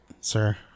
sir